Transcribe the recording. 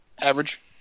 Average